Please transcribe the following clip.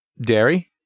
dairy